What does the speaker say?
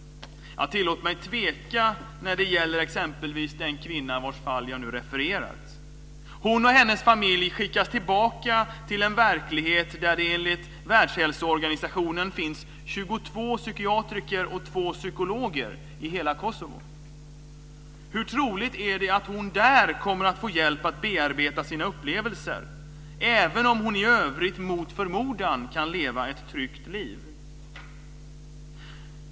Tillåt mig tveka när det gäller exempelvis den kvinna vars fall jag nu refererat. Hon och hennes familj skickas tillbaka till en verklighet där det enligt Världshälsoorganisationen i hela Kosovo finns 22 psykiatriker och 2 psykologer. Hur troligt är det att hon där kommer att få hjälp att bearbeta sina upplevelser - även om hon i övrigt mot förmodan kan leva ett tryggt liv?